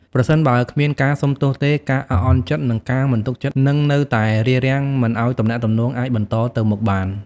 ប្រសិនបើគ្មានការសុំទោសទេ ការអាក់អន់ចិត្ត និងការមិនទុកចិត្តនឹងនៅតែរារាំងមិនឱ្យទំនាក់ទំនងអាចបន្តទៅមុខបាន។